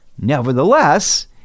Nevertheless